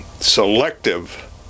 selective